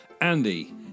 Andy